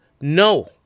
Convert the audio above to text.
No